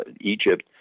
Egypt